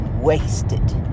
wasted